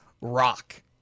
Rock